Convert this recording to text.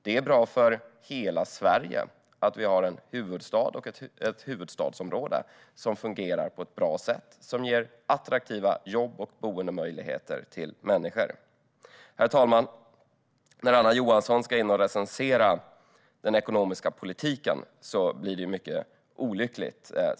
Det är bra för hela Sverige att vi har en huvudstad och ett huvudstadsområde som fungerar på ett bra sätt och ger attraktiva jobb och boendemöjligheter för människor. Herr talman! När Anna Johansson ska recensera den ekonomiska politiken blir det mycket olyckligt.